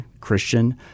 Christian